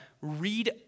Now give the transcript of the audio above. read